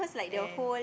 and